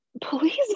please